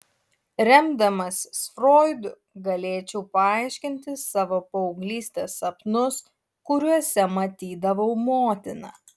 remdamasis froidu galėčiau paaiškinti savo paauglystės sapnus kuriuose matydavau motiną